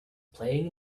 playing